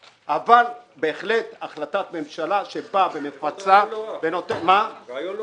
בהחלט החלטת ממשלה שבאה ומפצה צריכה להיות.